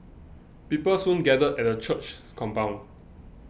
people soon gathered at the church's compound